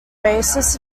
basis